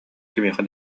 кимиэхэ